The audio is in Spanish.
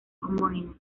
homónima